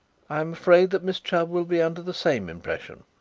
i am afraid that miss chubb will be under the same impression.